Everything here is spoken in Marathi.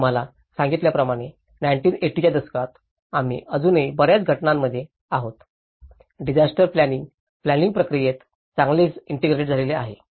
मी तुम्हाला सांगितल्याप्रमाणे 1980 च्या दशकात आम्ही अजूनही बर्याच घटनांमध्ये आहोत डिजास्टर प्लॅनिंइंग प्लॅनिंइंग प्रक्रियेत चांगलेच ईंटेग्रेडेड झाले नाही